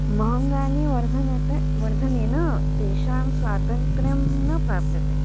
महाम्याने वर्धन्ते वर्धनेन तेषां स्वातन्त्र्यं न प्राप्यते